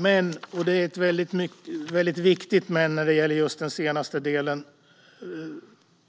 Men, och det är ett väldigt viktigt men: